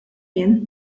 jien